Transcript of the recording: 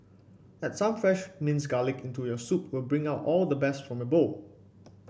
add some fresh minced garlic into your soup to bring out all the best from your bowl